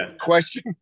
question